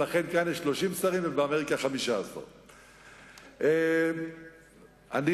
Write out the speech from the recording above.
ולכן כאן יש 30 שרים ובאמריקה 15. אני